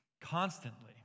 constantly